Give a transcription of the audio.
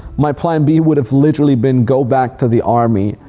my plan b would have literally been go back to the army,